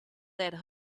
led